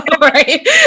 Right